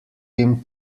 him